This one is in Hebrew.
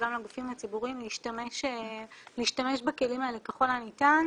וגם לגופים הציבוריים להשתמש בכלים האלה ככל הניתן.